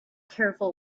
careful